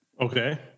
Okay